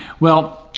well,